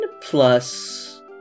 plus